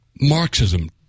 Marxism